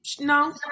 No